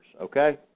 okay